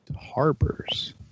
Harbors